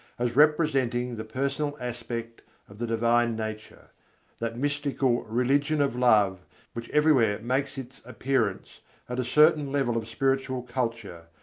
as representing the personal aspect of the divine nature that mystical religion of love which everywhere makes its appearance at a certain level of spiritual culture,